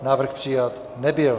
Návrh přijat nebyl.